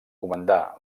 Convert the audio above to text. comandà